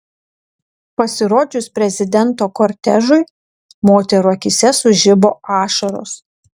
pasirodžius prezidento kortežui moterų akyse sužibo ašaros